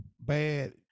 bad